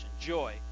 Joy